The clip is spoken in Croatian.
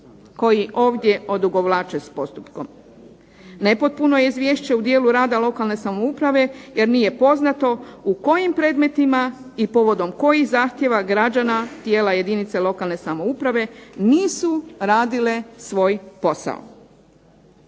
koji ovdje odugovlače s postupkom. Nepotpuno je izvješće u dijelu rada lokalne samouprave jer nije poznato u kojim predmetima i povodom kojih zahtjeva građana tijela jedinica lokalne samouprave nisu radile svoj posao.